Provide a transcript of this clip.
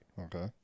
Okay